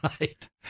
Right